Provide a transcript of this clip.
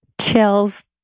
Chills